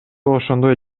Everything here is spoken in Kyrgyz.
ошондой